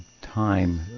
time